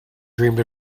dreamed